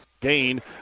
gain